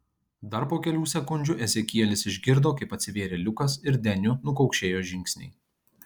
dar po kelių sekundžių ezekielis išgirdo kaip atsivėrė liukas ir deniu nukaukšėjo žingsniai